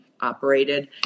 operated